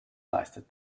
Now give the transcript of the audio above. leistet